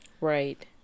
Right